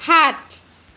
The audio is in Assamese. সাত